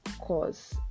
cause